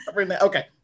okay